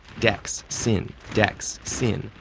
dex, sin, dex, sin,